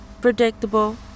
Predictable